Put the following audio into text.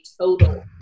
total